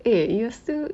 eh you still